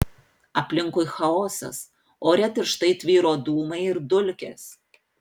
aplinkui chaosas ore tirštai tvyro dūmai ir dulkės